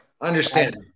Understand